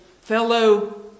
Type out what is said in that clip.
fellow